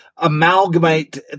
Amalgamate